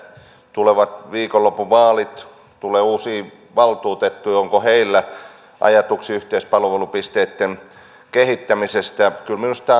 tulevana viikonloppuna on vaalit tulee uusia valtuutettuja onko heillä ajatuksia yhteispalvelupisteitten kehittämisestä kyllä minusta